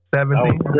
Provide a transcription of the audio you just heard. Seventeen